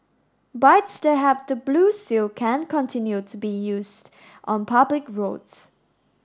bikes that have the blue seal can continue to be used on public roads